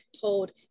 told